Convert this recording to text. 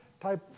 type